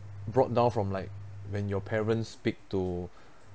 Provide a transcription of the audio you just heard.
brought down from like when your parents speak to